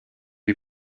vue